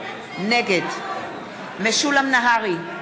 נגד משולם נהרי,